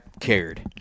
cared